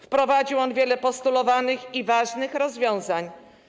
Wprowadził on wiele postulowanych i ważnych rozwiązań.